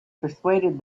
persuaded